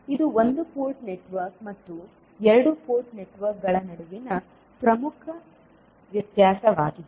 ಇದು ಒಂದು port network ಮತ್ತು ಎರಡು ಪೋರ್ಟ್ ನೆಟ್ವರ್ಕ್ಗಳ ನಡುವಿನ ಪ್ರಮುಖ ವ್ಯತ್ಯಾಸವಾಗಿದೆ